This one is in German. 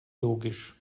logisch